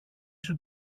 σου